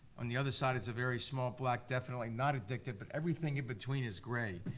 on the other side it's a very small black definitely not addicted, but everything in between is gray.